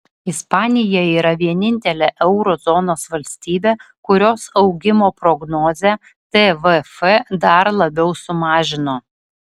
ispanija yra vienintelė euro zonos valstybė kurios augimo prognozę tvf dar labiau sumažino